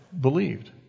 believed